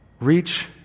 reach